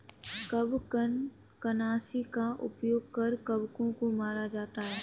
कवकनाशी का उपयोग कर कवकों को मारा जाता है